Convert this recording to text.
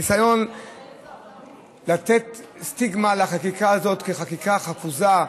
הניסיון לתת סטיגמה על החקיקה הזאת כחקיקה חפוזה,